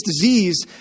disease